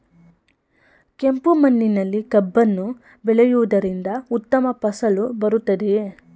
ಕೆಂಪು ಮಣ್ಣಿನಲ್ಲಿ ಕಬ್ಬನ್ನು ಬೆಳೆಯವುದರಿಂದ ಉತ್ತಮ ಫಸಲು ಬರುತ್ತದೆಯೇ?